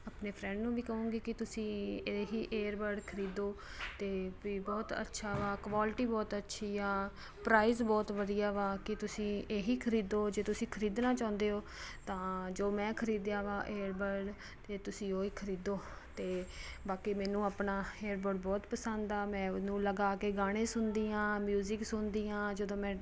ਆਪਣੇ ਫ੍ਰੇਂਡ ਨੂੰ ਵੀ ਕਹੂੰਗੀ ਕਿ ਤੁਸੀਂ ਇਹਦੇ ਹੀ ਏਅਰਬਡ ਖਰੀਦੋ ਅਤੇ ਪੀ ਬਹੁਤ ਅੱਛਾ ਵਾ ਕੁਵਾਲਟੀ ਬਹੁਤ ਅੱਛੀ ਆ ਪ੍ਰਾਈਜ਼ ਬਹੁਤ ਵਧੀਆ ਵਾ ਕਿ ਤੁਸੀਂ ਇਹ ਹੀ ਖਰੀਦੋ ਜੇ ਤੁਸੀਂ ਖਰੀਦਣਾ ਚਾਹੁੰਦੇ ਹੋ ਤਾਂ ਜੋ ਮੈਂ ਖਰੀਦਿਆ ਵਾ ਏਅਰਬਡ ਅਤੇ ਤੁਸੀਂ ਉਹ ਹੀ ਖਰੀਦੋ ਅਤੇ ਬਾਕੀ ਮੈਨੂੰ ਆਪਣਾ ਏਅਰਬਡ ਬਹੁਤ ਪਸੰਦ ਆ ਮੈਂ ਉਹਨੂੰ ਲਗਾ ਕੇ ਗਾਣੇ ਸੁਣਦੀ ਹਾਂ ਮਿਊਜ਼ਿਕ ਸੁਣਦੀ ਹਾਂ ਜਦੋਂ ਮੈਂ